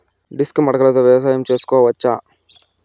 Disc మడకలతో వ్యవసాయం చేసుకోవచ్చా??